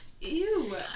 Ew